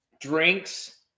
drinks